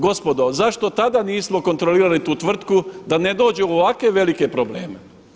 Gospodo zašto tada nismo kontrolirali tu tvrtku da ne dođe u ovakve velike probleme.